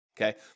Okay